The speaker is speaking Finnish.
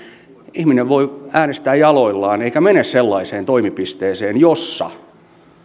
ihminen voi äänestää jaloillaan eikä mene sellaiseen toimipisteeseen jossa toteutuu